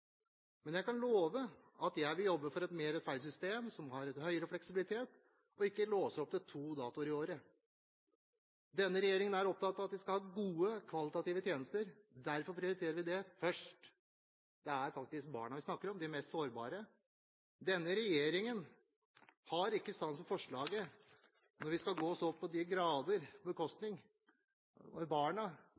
Men jeg kan love at jeg vil jobbe for et mer rettferdig system, som har en høyere fleksibilitet, og som ikke er låst opp til to datoer i året. Denne regjeringen er opptatt av at vi skal ha gode og kvalitative tjenester, derfor prioriterer vi det først. Det er faktisk barna vi snakker om, de mest sårbare. Denne regjeringen har ikke sans for forslaget, når det skal gå så til de grader på bekostning av barna.